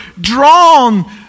drawn